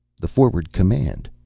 the forward command,